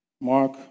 Mark